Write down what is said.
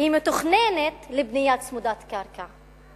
מתוכננת לבנייה צמודת קרקע.